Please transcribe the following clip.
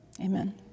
Amen